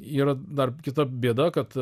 yra dar kita bėda kad